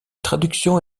traductions